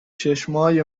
چشمای